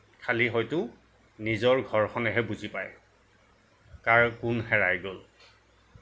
খালী হয়তু নিজৰ ঘৰখনেহে বুজি পায় কাৰ কোন হেৰাই গ'ল